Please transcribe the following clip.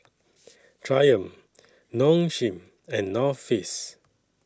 Triumph Nong Shim and North Face